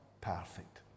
perfect